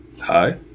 Hi